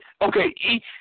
Okay